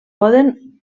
poden